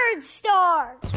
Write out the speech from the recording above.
star